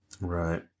right